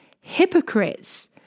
Hypocrites